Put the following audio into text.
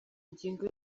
ngingo